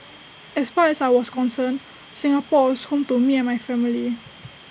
as far as I was concerned Singapore was home to me and my family